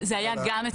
זה היה גם אצלכם.